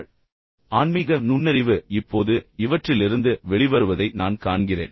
அவர் கூறினார் ஆன்மீக நுண்ணறிவு இப்போது இவற்றிலிருந்து இவற்றிலிருந்து வெளிவருவதை நான் காண்கிறேன்